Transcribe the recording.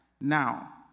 Now